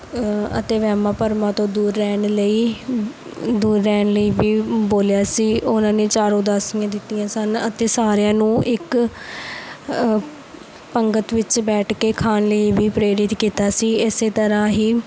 ਅਤੇ ਵਹਿਮਾ ਭਰਮਾਂ ਤੋਂ ਦੂਰ ਰਹਿਣ ਲਈ ਦੂਰ ਰਹਿਣ ਲਈ ਵੀ ਬੋਲਿਆ ਸੀ ਉਹਨਾਂ ਨੇ ਚਾਰ ਉਦਾਸੀਆਂ ਦਿੱਤੀਆਂ ਸਨ ਅਤੇ ਸਾਰਿਆਂ ਨੂੰ ਇੱਕ ਪੰਗਤ ਵਿੱਚ ਬੈਠ ਕੇ ਖਾਣ ਲਈ ਵੀ ਪ੍ਰੇਰਿਤ ਕੀਤਾ ਸੀ ਇਸ ਤਰ੍ਹਾਂ ਹੀ